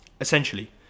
Essentially